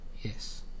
yes